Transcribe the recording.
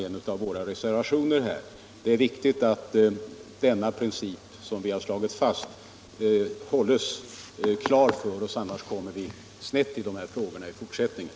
Det är viktigt att principen om en i stort sett fri sjukvård med låga enhetliga avgifter upprätthålls, annars kommer vi snett i dessa frågor i fortsättningen.